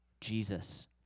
Jesus